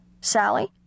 Sally